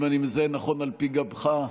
אם אני מזהה נכון על פי גבך,